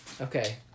Okay